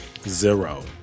Zero